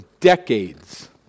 decades